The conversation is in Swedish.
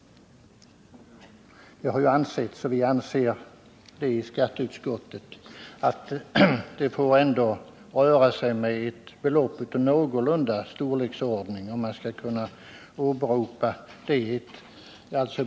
Det har ju ansetts och vi anser i skatteutskottet, att nedsättningen bör ha en viss minsta storlek i förhållande till vederbörandes inkomst för att kunna åberopas.